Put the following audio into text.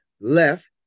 left